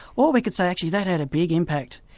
or we could say, actually that had a big impact.